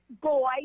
boy